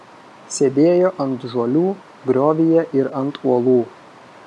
sėdėjo ant žuolių griovyje ir ant uolų